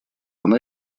она